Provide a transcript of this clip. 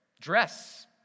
dress